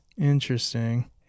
Interesting